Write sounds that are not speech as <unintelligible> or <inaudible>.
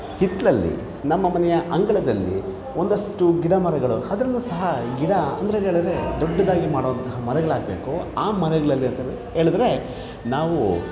ಹಿತ್ತಲಲ್ಲಿ ನಮ್ಮ ಮನೆಯ ಅಂಗಳದಲ್ಲಿ ಒಂದಷ್ಟು ಗಿಡ ಮರಗಳು ಅದರಲ್ಲೂ ಸಹ ಈ ಗಿಡ <unintelligible> ದೊಡ್ಡದಾಗಿ ಮಾಡುವಂಥ ಮರಗಳಾಗಬೇಕು ಆ ಮರಗಳಲ್ಲಿ ಅಂತಂದರೆ ಹೇಳಿದ್ರೆ ನಾವು